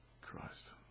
Christ